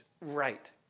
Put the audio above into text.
right